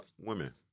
women